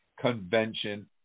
Convention